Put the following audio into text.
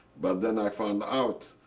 but then i found out,